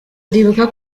ndibuka